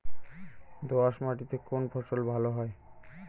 দোঁয়াশ মাটিতে কোন কোন ফসল ভালো হয়?